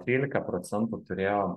trylika procentų turėjo